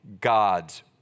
God's